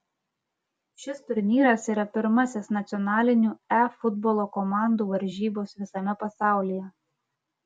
šis turnyras yra pirmasis nacionalinių e futbolo komandų varžybos visame pasaulyje